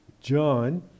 John